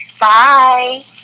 Bye